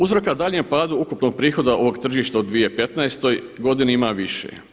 Uzroka daljnjem padu ukupnog prihoda ovog tržišta u 2015. godini ima više.